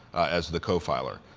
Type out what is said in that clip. as the co-filer.